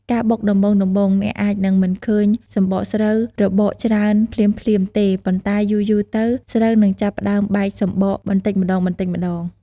ការបុកដំបូងៗ អ្នកអាចនឹងមិនឃើញសម្បកស្រូវរបកច្រើនភ្លាមៗទេ ប៉ុន្តែយូរៗទៅ ស្រូវនឹងចាប់ផ្តើមបែកសម្បកបន្តិចម្តងៗ។